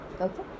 Okay